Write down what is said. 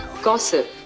gossip?